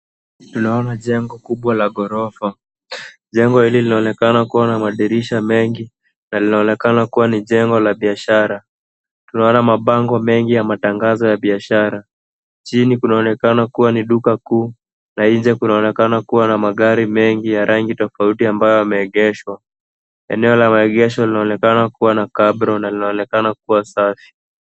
Tunaliona jengo kubwa la gorofa. Jengo hili linaonekana kuwa na madirisha mengi na linaonekana kuwa ni jengo la biashara. Tunaona mabango mengi ya matangazo ya biashara. Chini kunaonekana kuwa ni duka kuu, na nje kunaonekana kuwa na magari mengi ya rangi tofauti ambayo yameegeshwa. Eneo la maegesho linaonekana kuwa na cabro na linaonekana kuwa safi.